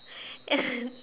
and